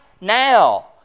now